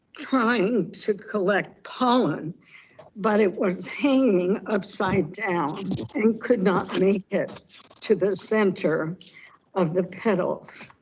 trying to collect pollen but it was hanging upside down and could not make it to the center of the petals.